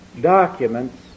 documents